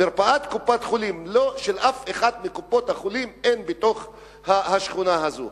מרפאת קופת-חולים של אף אחת מקופות-החולים אין בשכונה הזאת.